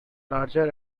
larger